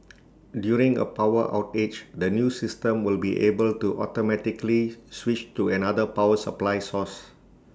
during A power outage the new system will be able to automatically switch to another power supply source